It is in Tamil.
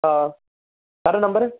ஆ கடை நம்பர்